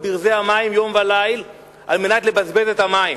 ברזי המים יום וליל על מנת לבזבז את המים,